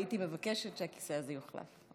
הייתי מבקשת שהכיסא הזה יוחלף.